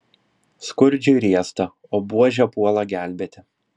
skurdžiui riesta o buožė puola gelbėti